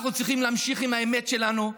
אנחנו צריכים להמשיך עם האמת שלנו,